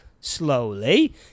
slowly